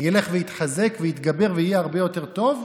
ילך ויתחזק ויתגבר ויהיה הרבה יותר טוב.